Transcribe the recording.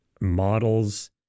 models